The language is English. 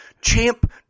champ